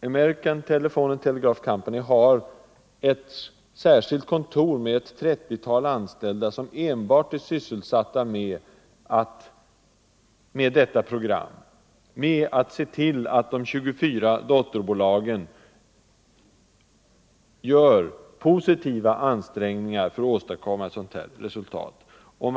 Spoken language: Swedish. American Thelephone and Telegraph Company har ett särskilt kontor med ett 30-tal anställda som enbart är sysselsatta med detta program — med att se till att de 24 dotterbolagen gör positiva ansträngningar för att åstadkomma ett sådant resultat som man önskar.